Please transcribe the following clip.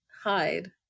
hide